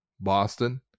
Boston